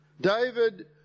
David